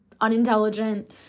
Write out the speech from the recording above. unintelligent